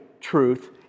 truth